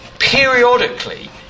Periodically